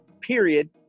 period